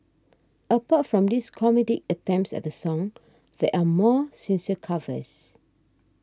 apart from these comedic attempts at the song there are more sincere covers